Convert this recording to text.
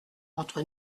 entre